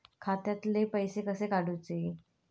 खात्यातले पैसे कसे काडूचे?